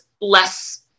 less